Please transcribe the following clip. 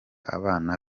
abana